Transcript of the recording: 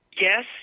yes